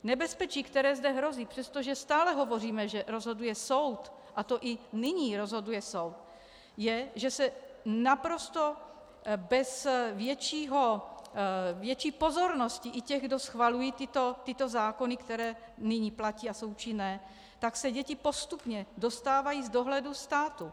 Nebezpečí, které zde hrozí, přestože stále hovoříme, že rozhoduje soud, a to i nyní rozhoduje soud, je, že se naprosto bez větší pozornosti i těch, kdo schvalují tyto zákony, které nyní platí a jsou účinné, děti postupně dostávají z dohledu státu.